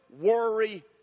worry